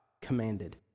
commanded